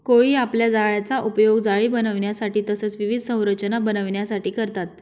कोळी आपल्या जाळ्याचा उपयोग जाळी बनविण्यासाठी तसेच विविध संरचना बनविण्यासाठी करतात